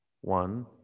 One